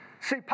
See